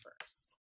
first